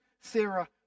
Sarah